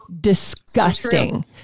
disgusting